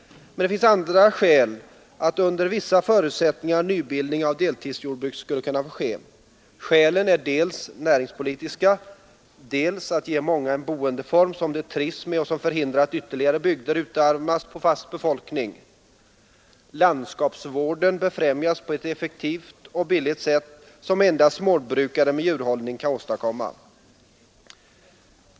Men det finns även andra skäl som talar för att under vissa förutsättningar nybildning av deltidsjordbruk skulle kunna ske. Skälen är dels näringspolitiska, dels att ge många en boendeform som de trivs med och som förhindrar att ytterligare bygder utarmas på fast befolkning. Landskapsvården befrämjas på ett effektivt och billigt sätt, som endast småbrukaren med djurhållning kan åstadkomma.